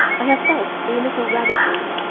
i have felt a little radical